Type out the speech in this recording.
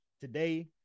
Today